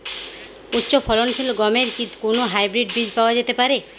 উচ্চ ফলনশীল গমের কি কোন হাইব্রীড বীজ পাওয়া যেতে পারে?